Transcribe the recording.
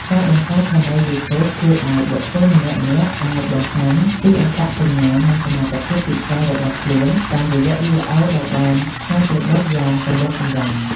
ការបង្កើតឆានែលយូធូប ជួយឱ្យបុគ្គលម្នាក់ៗអាចបង្ហាញពីអត្តសញ្ញាណ និងសមត្ថភាពពិសេសរបស់ខ្លួនតាមរយៈវីដេអូដែលបានច្នៃប្រឌិតយ៉ាងសម្រិតសម្រាំង។